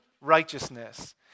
righteousness